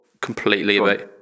completely